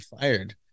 fired